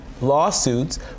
lawsuits